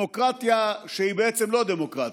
הדמוקרטיה שהיא בעצם לא דמוקרטיה.